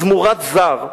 זמורת זר,